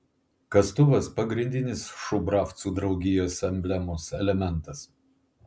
kastuvas pagrindinis šubravcų draugijos emblemos elementas